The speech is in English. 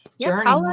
journey